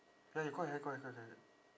ya you go ahead go ahead go ahead